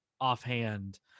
offhand